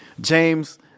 james